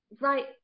right